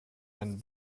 and